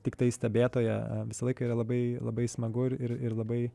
tiktai stebėtoją visą laiką yra labai labai smagu ir ir labai